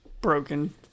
broken